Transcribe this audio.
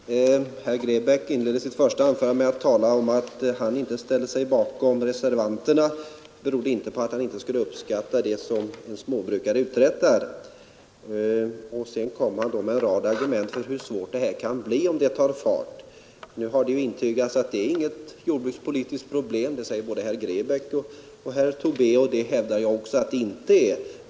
Herr talman! Herr Grebäck inledde sitt första anförande med att tala om att det förhållandet att han inte ställer sig bakom reservanternas förslag inte berodde på att han inte skulle uppskatta vad en småbrukare uträttar. Sedan kom han med en rad argument om hur svårt det kan bli om den här formen av jordbruk tar fart. Nu har det intygats att det inte är något jordbrukspolitiskt problem. Det säger både herr Grebäck och herr Tobé, och det hävdar jag också.